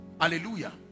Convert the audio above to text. Hallelujah